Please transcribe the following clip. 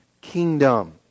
kingdom